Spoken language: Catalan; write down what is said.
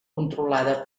controlada